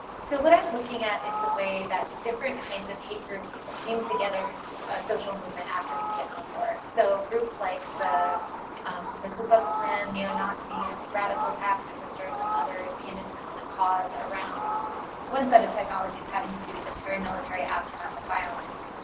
so what i'm looking at is the way that different kinds of hate groups came together into a social movement after the vietnam war. so groups like the the ku klux klan, neo nazis, radical tax resisters and others came into common cause around one set of technologies having to do with the paramilitary aftermath of violence.